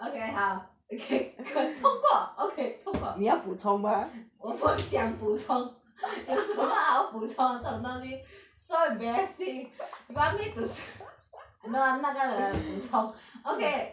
okay 好 okay ke~ 通过 okay 通过 我不讲普通 有什么好普通这种东西 so embarrassing want me to sh~ no I am not gonna 普通 okay